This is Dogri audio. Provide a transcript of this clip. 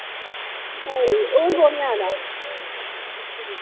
खरी होर कु'न जा दा